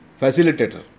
facilitator